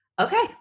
Okay